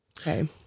okay